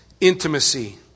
intimacy